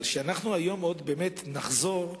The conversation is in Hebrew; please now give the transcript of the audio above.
אבל שאנחנו היום עוד באמת נחזור?